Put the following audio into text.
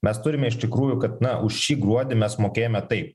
mes turime iš tikrųjų kad na už šį gruodį mes mokėjome taip